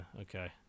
Okay